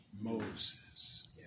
Moses